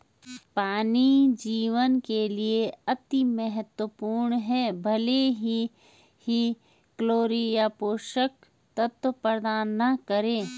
पानी जीवन के लिए अति महत्वपूर्ण है भले ही कैलोरी या पोषक तत्व प्रदान न करे